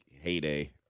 heyday